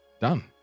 Done